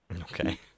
Okay